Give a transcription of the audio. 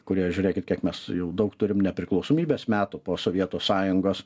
kurie žiūrėkit kiek mes jau daug turim nepriklausomybės metų po sovietų sąjungos